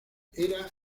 era